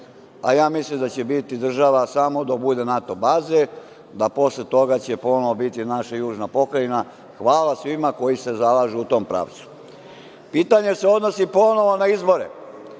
a ja mislim da će biti država samo dok bude NATO baze, da posle toga će ponovo biti naša južna pokrajina. Hvala svima koji se zalažu u tom pravcu. Pitanje se odnosi, ponovo na izbore